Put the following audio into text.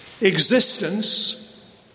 Existence